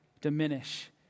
diminish